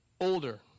older